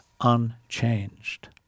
unchanged